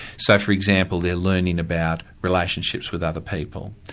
so for example they're learning about relationships with other people,